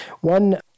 One